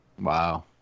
Wow